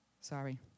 sorry